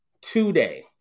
Today